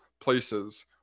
places